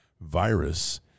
virus